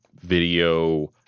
video